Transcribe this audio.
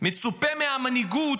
מצופה מהמנהיגות,